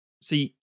See